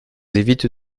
évite